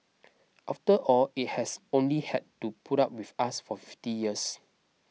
after all it has only had to put up with us for fifty years